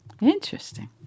interesting